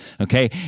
Okay